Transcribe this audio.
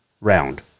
round